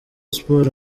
sport